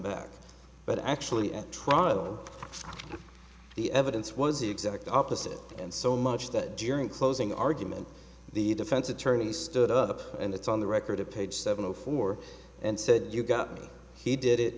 back but actually at trial the evidence was the exact opposite and so much that during closing argument the defense attorney stood up and it's on the record of page seventy four and said you got it he did